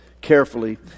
carefully